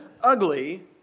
ugly